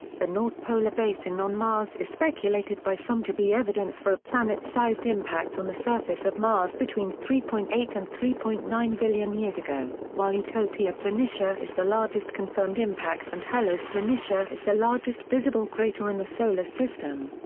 the north polar basin on mars is speculated by some to be evidence for planet sized impact on the surface of mars between three point eight and three point nine billion years ago, while utopia planitia is the largest confirmed impact and hellas planitia is the largest visible crater in the solar system.